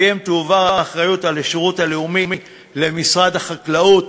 שעל-פיהם תועבר האחריות לשירות הלאומי למשרד החקלאות,